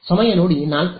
ಸಮಯ ನೋಡಿ 0446